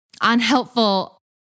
unhelpful